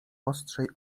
ostrzej